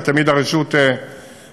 ותמיד הרשות קיימת,